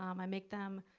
um i make them